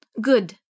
Good